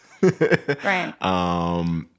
Right